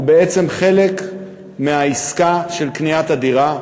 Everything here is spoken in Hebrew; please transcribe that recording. הוא בעצם חלק מהעסקה של קניית הדירה.